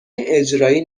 اجرایی